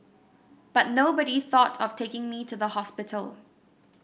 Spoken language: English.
but nobody thought of taking me to the hospital